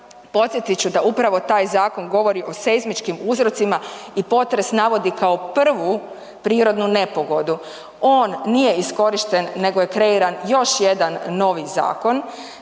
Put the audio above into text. Podsjetit ću da upravo taj zakon govori o seizmičkim uzrocima i potres navodi kao prvu prirodnu nepogodu. On nije iskorišten nego je kreiran još jedan novi zakon.